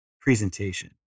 presentation